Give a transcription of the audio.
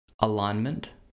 alignment